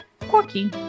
quirky